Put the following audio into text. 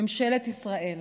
שממשלת ישראל